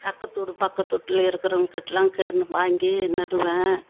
அக்கத்தூடு பக்கத்தூட்டுல இருக்குறவங்ககிட்லாம் கேட்டுன்னு வாங்கி நடுவேன்